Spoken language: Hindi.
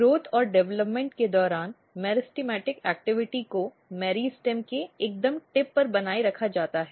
ग्रोथ और डेवलपमेंट के दौरान मेरिस्टेमेटिक गतिविधि को मेरिस्टेम के एकदम टिप में बनाए रखा जाता है